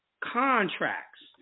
contracts